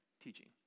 teaching